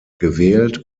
gewählt